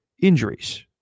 injuries